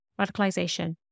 radicalization